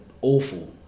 awful